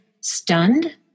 stunned